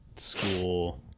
school